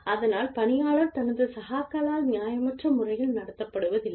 அதனால் பணியாளர் தனது சகாக்களால் நியாயமற்ற முறையில் நடத்தப்படுவதில்லை